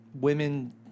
women